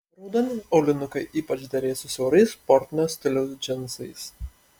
raudoni aulinukai ypač derės su siaurais sportinio stiliaus džinsais